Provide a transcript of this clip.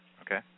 okay